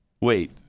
Wait